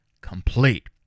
complete